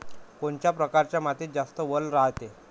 कोनच्या परकारच्या मातीत जास्त वल रायते?